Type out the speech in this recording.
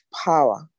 power